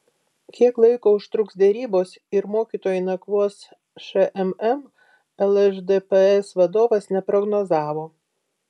kiek laiko užtruks derybos ir mokytojai nakvos šmm lšdps vadovas neprognozavo